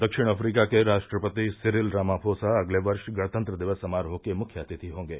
दक्षिण अफ्रीका के राष्ट्रपति सिरिल रामाफोसा अगले वर्ष गणतंत्र दिवस समारोह के मुख्य अतिथि होंगे